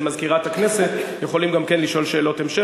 מזכירת הכנסת יכולים גם כן לשאול שאלת המשך.